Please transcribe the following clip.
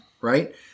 right